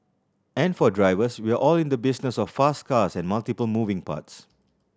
and for drivers we are all in the business of fast cars and multiple moving parts